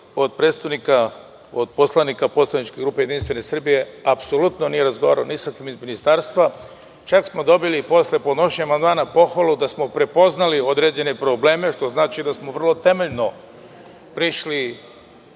jer niko od poslanika poslaničke grupe JS apsolutno nije razgovarao ni sa kim iz ministarstva, čak smo dobili i posle podnošenja amandmana pohvalu da smo prepoznali određene probleme, što znači da smo vrlo temeljno prišli